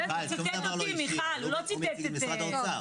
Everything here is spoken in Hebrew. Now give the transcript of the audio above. זה לא אישי.